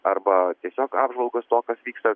arba tiesiog apžvalgos to kas vyksta